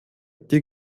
die